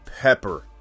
pepper